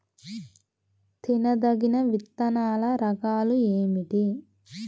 తినదగిన విత్తనాల రకాలు ఏమిటి?